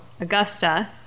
Augusta